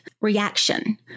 reaction